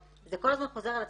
זה כל הזמן חוזר על עצמו,